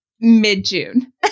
mid-June